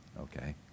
okay